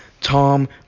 Tom